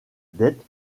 dette